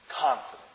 confidence